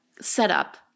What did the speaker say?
setup